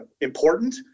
important